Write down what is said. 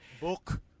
Book